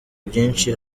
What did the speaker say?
byinshi